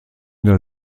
der